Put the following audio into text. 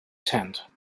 tent